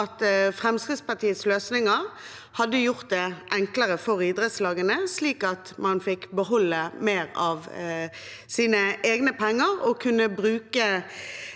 Fremskrittspartiets løsninger hadde gjort det enklere for idrettslagene, slik at man fikk beholde mer av sine egne penger og bruke